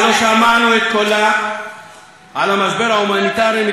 קולה על המשבר ההומניטרי המתחולל שם,